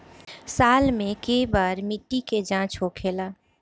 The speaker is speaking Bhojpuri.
साल मे केए बार मिट्टी के जाँच होखेला?